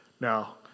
Now